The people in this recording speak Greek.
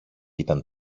ήταν